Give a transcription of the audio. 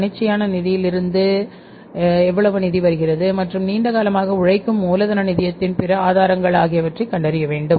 தன்னிச்சையான நிதியிலிருந்து எவ்வளவு நிதி வருகிறது மற்றும் நீண்ட காலமாக உழைக்கும் மூலதன நிதியத்தின் பிற ஆதாரங்கள் ஆகியவற்றைக் கண்டறிய வேண்டும்